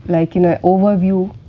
like, in an overview,